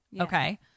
Okay